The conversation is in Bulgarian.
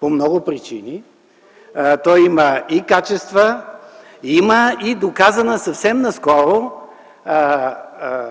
по много причини. Той има и качества, има и доказана съвсем наскоро